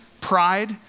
pride